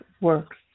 works